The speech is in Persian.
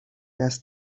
است